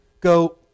go